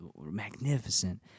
magnificent